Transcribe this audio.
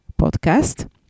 podcast